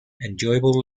enjoyable